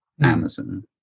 Amazon